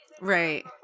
Right